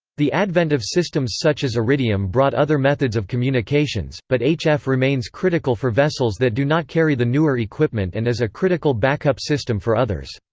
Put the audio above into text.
the advent of systems such as iridium brought other methods of communications, but hf remains critical for vessels that do not carry the newer equipment and as a critical backup system for others.